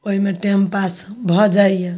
ओहिमे time pass भऽ जाइया